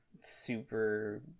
super